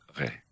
okay